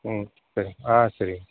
ம் சரி ஆ சரி